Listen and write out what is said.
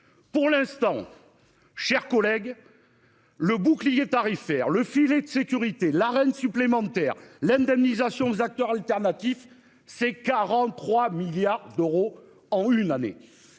Pour l'instant. Chers collègues. Le bouclier tarifaire, le filet de sécurité. La reine supplémentaires l'indemnisation aux acteurs alternatifs. Ces 43 milliards d'euros en une année,